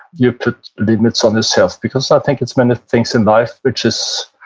you put limits on the self, because i think it's many things in life which is